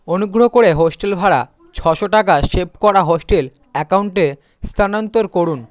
অনুগ্রহ করে হোস্টেল ভাড়া ছশো টাকা সেভ করা হোস্টেল অ্যাকাউন্টে স্থানান্তর করুন